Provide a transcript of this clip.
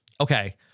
Okay